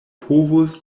povus